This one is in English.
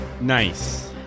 Nice